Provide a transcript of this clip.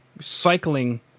cycling